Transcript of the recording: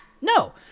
no